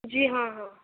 जी हाँ हाँ